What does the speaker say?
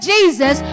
Jesus